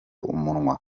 umunwa